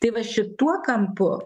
tai va šituo kampu